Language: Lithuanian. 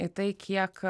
į tai kiek